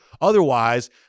Otherwise